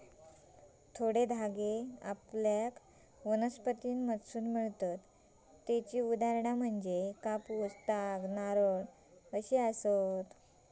थोडे धागे आपल्याला वनस्पतींमधसून मिळतत त्येची उदाहरणा कापूस, ताग, नारळ अशी आसत